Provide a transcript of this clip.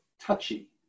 touchy